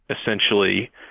essentially